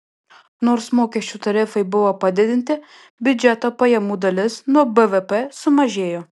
nors mokesčių tarifai buvo padidinti biudžeto pajamų dalis nuo bvp sumažėjo